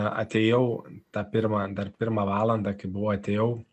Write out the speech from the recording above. atėjau tą pirmą dar pirmą valandą kai buvo atėjau